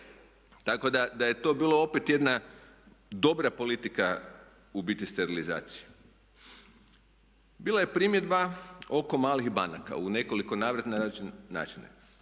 Tako da je to bilo opet jedna dobra politika u biti sterilizacija. Bilo je primjedba oko malih banaka u nekoliko navrata na